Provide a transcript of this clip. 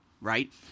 right